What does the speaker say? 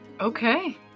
Okay